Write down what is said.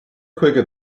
chuige